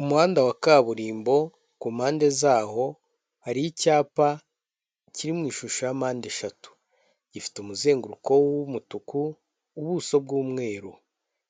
Umuhanda wa kaburimbo, ku mpande zaho hari icyapa kiri mu ishusho ya mpande eshatu. Gifite umuzenguruko w'umutuku, ubuso bw'umweru